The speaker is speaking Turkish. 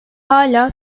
hâlâ